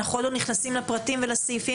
אנחנו עוד לא נכנסים לפרטים ולסעיפים,